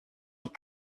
die